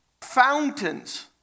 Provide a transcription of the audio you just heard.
fountains